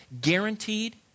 Guaranteed